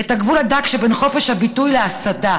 את הגבול הדק שבין חופש הביטוי להסתה.